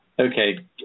Okay